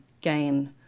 gain